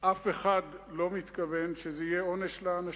אף אחד לא מתכוון שזה יהיה עונש לאנשים.